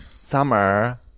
summer